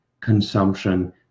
consumption